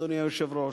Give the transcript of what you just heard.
אדוני היושב-ראש,